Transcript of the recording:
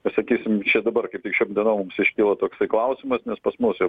sakykim čia dabar kaip tik šiom dienom mums iškilo toksai klausimas nes pas mus jau